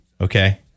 Okay